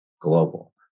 Global